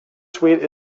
suite